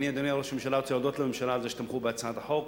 אני רוצה להודות לממשלה על התמיכה בהצעת החוק,